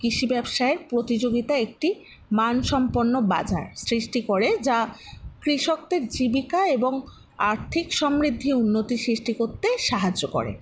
কৃষি ব্যবসায় প্রতিযোগিতা একটি মানসম্পন্ন বাজার সৃষ্টি করে যা কৃষকদের জীবিকা এবং আর্থিক সমৃদ্ধি উন্নতি সৃষ্টি করতে সাহায্য করে